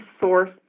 source